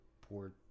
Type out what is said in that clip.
poor